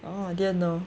orh didn't know